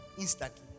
instantly